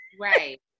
right